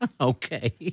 Okay